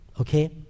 Okay